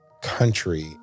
country